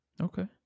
Okay